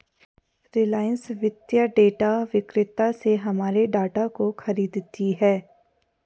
रिलायंस वित्तीय डेटा विक्रेता से हमारे डाटा को खरीदती है